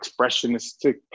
expressionistic